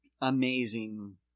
amazing